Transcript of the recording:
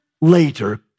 later